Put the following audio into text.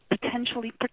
Potentially